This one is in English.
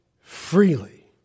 freely